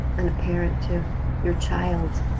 and a parent to your child.